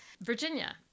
Virginia